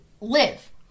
live